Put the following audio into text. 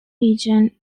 region